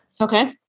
Okay